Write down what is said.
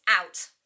out